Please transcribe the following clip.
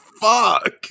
fuck